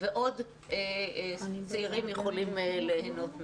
כדי שעוד צעירים יוכלו ליהנות מזה.